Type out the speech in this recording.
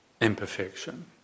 imperfection